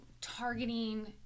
targeting